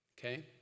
okay